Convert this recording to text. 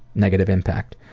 negative impacts.